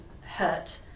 hurt